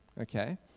okay